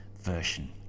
version